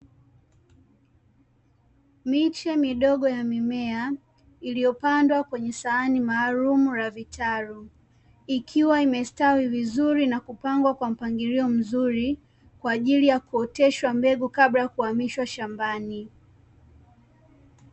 Miche midogo ya mimea iliyopandwa kwenye sahani maalum la vitalu, ikiwa imestawi vizuri na kupangwa kwa mpangilio mzuri kwa ajili ya kuoteshwa mbegu kabla ya kuhamishwa shambani.